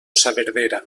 saverdera